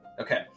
Okay